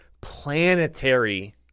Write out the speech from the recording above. planetary